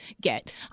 get